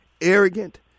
arrogant